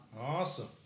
Awesome